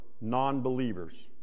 non-believers